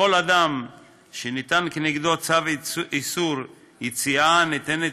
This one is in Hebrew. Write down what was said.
לכל אדם שניתן כנגדו צו איסור יציאה ניתנת